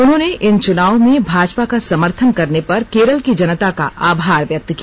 उन्होंने इन चुनावों में भाजपा का समर्थन करने पर केरल की जनता का आभार व्यक्त किया